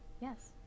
Yes